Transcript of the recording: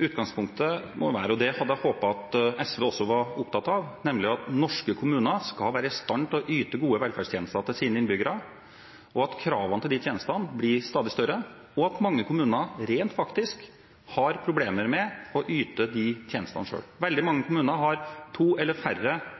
Utgangspunktet må være, og det hadde jeg håpet at SV også var opptatt av, at norske kommuner skal være i stand til å yte gode velferdstjenester til sine innbyggere, at kravet til de tjenestene blir stadig større, og at mange kommuner rent faktisk har problemer med å yte de tjenestene selv. Veldig mange kommuner har to eller færre